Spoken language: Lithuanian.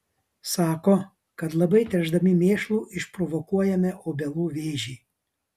sako kad labai tręšdami mėšlu išprovokuojame obelų vėžį